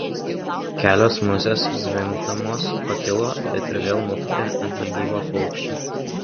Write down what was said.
kelios musės zvimbdamos pakilo bet ir vėl nutūpė ant negyvo paukščio